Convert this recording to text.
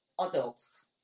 adults